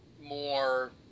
more